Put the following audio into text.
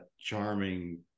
charming